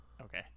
Okay